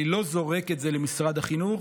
אני לא זורק את זה למשרד החינוך.